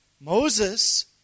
Moses